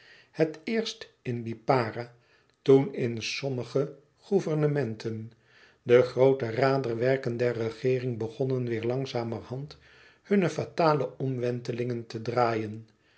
het eerst in lipara toen in sommige gouvernementen de groote raderwerken der regeering begonnen weêr langzamerhand hunne fatale omwentelingen te draaien